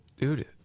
Dude